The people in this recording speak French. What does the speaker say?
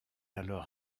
alors